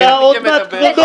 אתה עוד מעט כבודו.